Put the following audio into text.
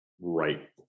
right